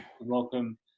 Welcome